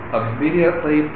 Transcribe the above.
immediately